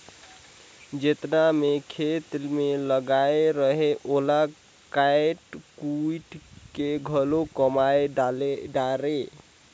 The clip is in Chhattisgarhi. जेतना मैं खेत मे लगाए रहें ओला कायट कुइट के घलो कमाय डारें